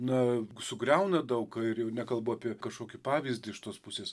na sugriauna daug ką ir jau nekalbu apie kažkokį pavyzdį iš tos pusės